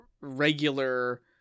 regular